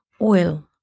oil